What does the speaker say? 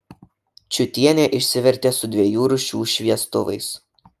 čiutienė išsivertė su dviejų rūšių šviestuvais